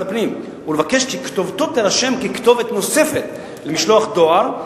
הפנים ולבקש כי כתובתו תירשם ככתובת נוספת למשלוח דואר,